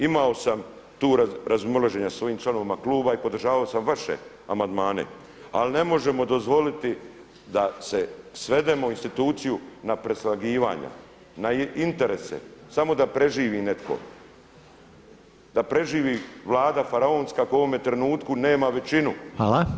Imao sam tu razmimoilaženja sa svojim članovima kluba i podržavao sam vaše amandmane, ali ne možemo dozvoliti da svedemo instituciju na preslagivanja, na interese samo da preživi netko, da preživi Vlada faraonska koja u ovom trenutku nema većinu.